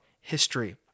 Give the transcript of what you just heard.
history